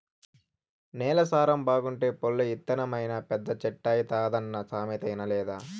నేల సారం బాగుంటే పొల్లు ఇత్తనమైనా పెద్ద చెట్టైతాదన్న సామెత ఇనలేదా